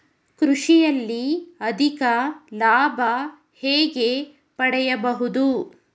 ಕೃಷಿಯಲ್ಲಿ ಅಧಿಕ ಲಾಭ ಹೇಗೆ ಪಡೆಯಬಹುದು?